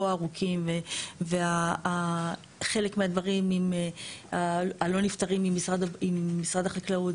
ארוכים וחלק מהדברים הלא נפתרים עם משרד החקלאות,